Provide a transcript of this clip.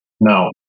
No